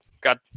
Got